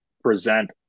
present